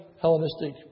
Hellenistic